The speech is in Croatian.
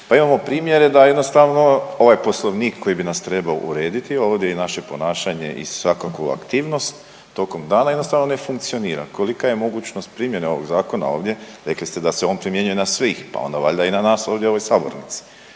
pa imamo primjere da jednostavno ovaj poslovnik koji bi nas trebao urediti ovdje i naše ponašanje i svakako aktivnost tokom dana jednostavno ne funkcionira, kolika je mogućnost primjene ovog zakona ovdje, rekli ste da se on primjenjuje na svih, pa onda valjda i na nas ovdje u ovoj sabornici,